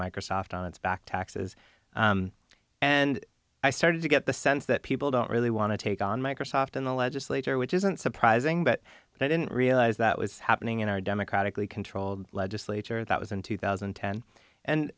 microsoft on its back taxes and i started to get the sense that people don't really want to take on microsoft in the legislature which isn't surprising but they didn't realize that was happening in our democratically controlled legislature that was in two thousand and ten and